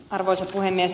arvoisa puhemies